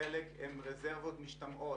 חלקן משתמעות: